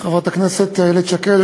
חברת הכנסת איילת שקד,